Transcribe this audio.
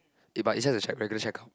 eh but it's just a check regular check up